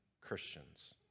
Christians